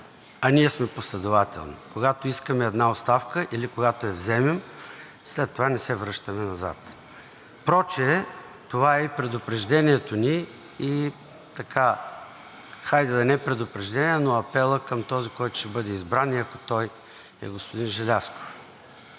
А ние сме последователни – когато искаме една оставка или когато я вземем, след това не се връщаме назад. Прочее това е и предупреждението ни, хайде да не е предупреждение, но апелът към този, който ще бъде избран, и ако той е господин Желязков.